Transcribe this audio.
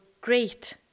great